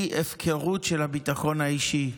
היא הפקרות של הביטחון האישי.